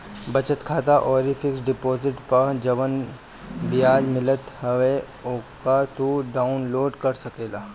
बचत खाता अउरी फिक्स डिपोजिट पअ जवन बियाज मिलत हवे उहो तू डाउन लोड कर सकेला